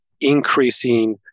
increasing